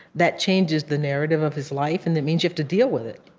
that changes the narrative of his life, and that means you have to deal with it.